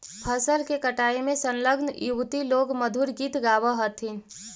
फसल के कटाई में संलग्न युवति लोग मधुर गीत गावऽ हथिन